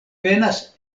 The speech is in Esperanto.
venas